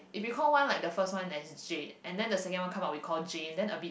if we call one like the first one as Jade and then the second one come out we call Jane then a bit